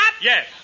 Yes